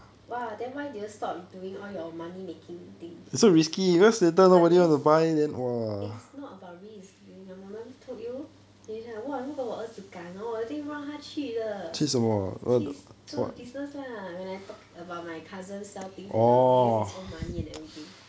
!wah! then why did you stop doing all your money making thing but is is not about risk did your mummy told you !wah! 如果我儿子敢 hor 我一定让他去的去做 business lah when I talk about my cousin sell things and all use his own money and everything